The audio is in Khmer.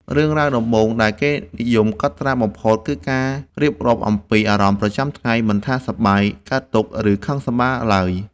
រឿងរ៉ាវដំបូងដែលគេនិយមកត់ត្រាបំផុត គឺការរៀបរាប់អំពីអារម្មណ៍ប្រចាំថ្ងៃ មិនថាសប្បាយ កើតទុក្ខ ឬខឹងសម្បារឡើយ។